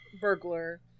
burglar